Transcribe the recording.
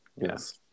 yes